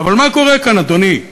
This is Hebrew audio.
אבל מה קורה כאן, אדוני?